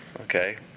okay